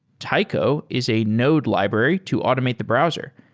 taiko is a node library to automate the browser.